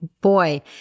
boy